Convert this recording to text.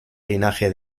linaje